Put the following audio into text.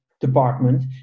department